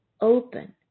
open